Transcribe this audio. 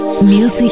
Music